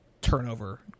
turnover